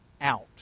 out